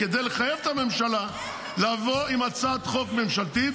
כדי לחייב את הממשלה לבוא עם הצעת חוק ממשלתית